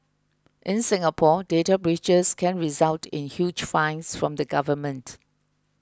in Singapore data breaches can result in huge fines from the government